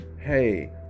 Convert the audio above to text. Hey